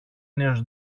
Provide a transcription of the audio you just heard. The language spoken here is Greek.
νέος